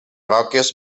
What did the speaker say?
roques